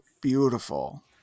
beautiful